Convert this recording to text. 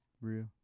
Real